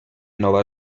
nova